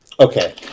okay